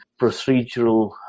procedural